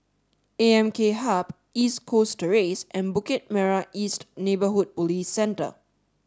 A M K Hub East Coast Terrace and Bukit Merah East Neighbourhood Police Centre